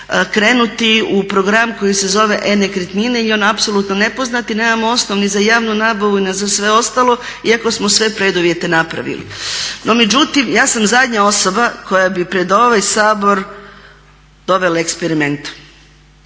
krenuti u program koji se zove e-nekretnine i on je apsolutno nepoznat i nemamo osnov ni za javnu nabavu i za sve ostalo iako smo sve preduvjete napravili. No međutim, ja sam zadnja osoba koja bi pred ovaj Sabor dovela eksperiment.